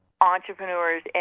entrepreneurs